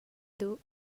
duh